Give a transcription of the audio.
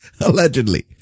Allegedly